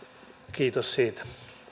kiitos siitä